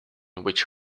which